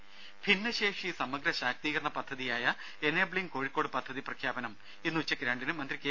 രുര ഭിന്നശേഷി സമഗ്ര ശാക്തീകരണ പദ്ധതിയായ എനേബിളിങ് കോഴിക്കോട് പദ്ധതി പ്രഖ്യാപനം ഇന്ന് ഉച്ചയ്ക്ക് രണ്ടിന് മന്ത്രി കെ